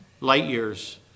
light-years